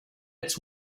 its